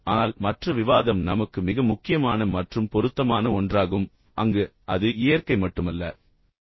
ஆனால் மற்ற விவாதம் நமக்கு மிக முக்கியமான மற்றும் பொருத்தமான ஒன்றாகும் அங்கு அது இயற்கை மட்டுமல்ல என்பதை நாம் புரிந்துகொள்கிறோம்